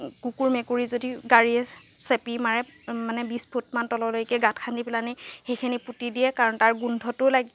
কুকুৰ মেকুৰী যদি গাড়ীয়ে চেপি মাৰে মানে বিছ ফুটমান তললৈকে গাঁত খান্দি পেলা নি সেইখিনি পুতি দিয়ে কাৰণ তাৰ গোন্ধতো লাগি